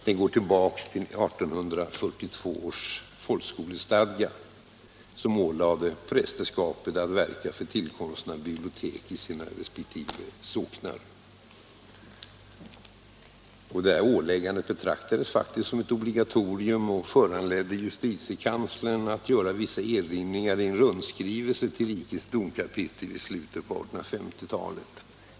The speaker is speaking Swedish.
Den går tillbaka på 1842 års folkskolestadga, som ålade prästerskapet att verka för tillkomsten av bibliotek i sina resp. socknar. Detta åläggande betraktades faktiskt som ett obligatorium och föranledde justitiekanslern att göra vissa erinringar i en rundskrivelse till rikets domkapitel i slutet på 1850-talet.